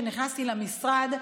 כשנכנסתי למשרד,